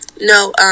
No